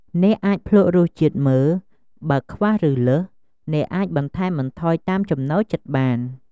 អ្នកអាចភ្លក្សរសជាតិមើល បើខ្វះ ឬលើស អ្នកអាចបន្ថែមបន្ថយតាមចំណូលចិត្តបាន។